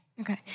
Okay